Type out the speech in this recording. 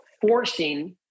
forcing